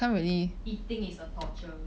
eating is a torture